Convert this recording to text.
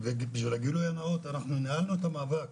ובשביל הגילוי הנאות אנחנו ניהלנו את המאבק